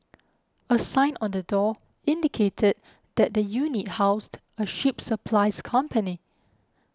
a sign on the door indicated that the unit housed a ship supplies company